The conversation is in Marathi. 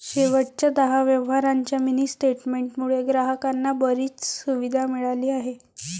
शेवटच्या दहा व्यवहारांच्या मिनी स्टेटमेंट मुळे ग्राहकांना बरीच सुविधा मिळाली आहे